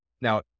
Now